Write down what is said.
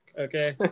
Okay